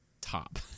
top